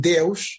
Deus